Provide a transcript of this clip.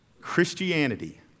Christianity